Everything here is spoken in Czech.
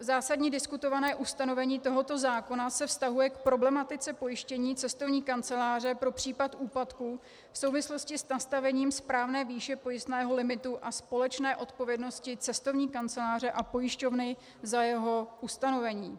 Zásadní diskutované ustanovení tohoto zákona se vztahuje k problematice pojištění cestovní kanceláře pro případ úpadku v souvislosti s nastavením správné výše pojistného limitu a společné odpovědnosti cestovní kanceláře a pojišťovny za jeho ustanovení.